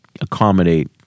accommodate